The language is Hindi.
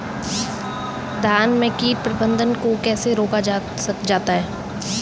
धान में कीट प्रबंधन को कैसे रोका जाता है?